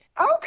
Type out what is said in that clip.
Okay